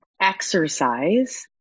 exercise